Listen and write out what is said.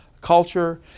culture